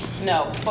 No